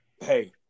hey